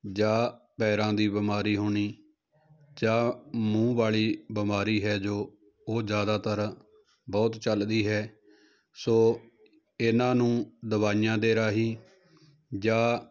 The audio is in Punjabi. ਜਾਂ ਪੈਰਾਂ ਦੀ ਬਿਮਾਰੀ ਹੋਣੀ ਜਾਂ ਮੂੰਹ ਵਾਲੀ ਬਿਮਾਰੀ ਹੈ ਜੋ ਉਹ ਜ਼ਿਆਦਾਤਰ ਬਹੁਤ ਚੱਲਦੀ ਹੈ ਸੋ ਇਹਨਾਂ ਨੂੰ ਦਵਾਈਆਂ ਦੇ ਰਾਹੀਂ ਜਾਂ